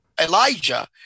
Elijah